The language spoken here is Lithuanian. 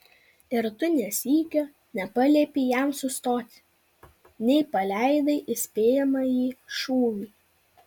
ir tu nė sykio nepaliepei jam sustoti nei paleidai įspėjamąjį šūvį